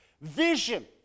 vision